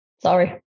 Sorry